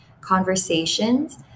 conversations